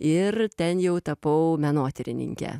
ir ten jau tapau menotyrininke